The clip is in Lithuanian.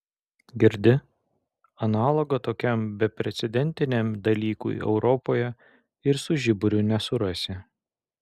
girdi analogo tokiam beprecedentiniam dalykui europoje ir su žiburiu nesurasi